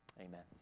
amen